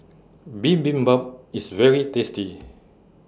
Bibimbap IS very tasty